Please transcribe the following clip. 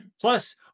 Plus